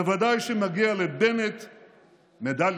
בוודאי שמגיעה לבנט מדליה,